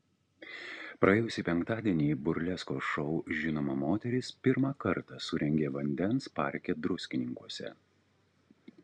praėjusį penktadienį burleskos šou žinoma moteris pirmą kartą surengė vandens parke druskininkuose